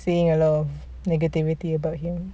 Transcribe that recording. seeing a lot of negativity about him